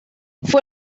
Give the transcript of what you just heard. fue